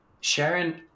Sharon